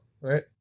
right